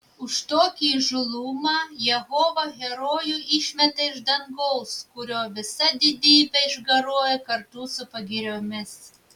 už tokį įžūlumą jehova herojų išmeta iš dangaus kurio visa didybė išgaruoja kartu su pagiriomis